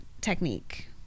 technique